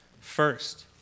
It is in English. first